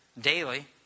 daily